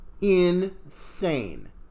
insane